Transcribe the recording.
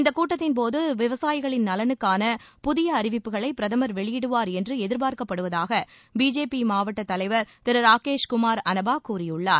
இந்தக் கூட்டத்தின்போது விவசாயிகளின் நலனுக்கான புதிய அறிவிப்புகளை பிரதமர் வெளியிடுவார் என்று எதி்பார்க்கபடுவதாக பிஜேபி மாவட்ட தலைவர் திரு ராகேஷ்குமார் அனபா கூறியுள்ளார்